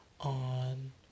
on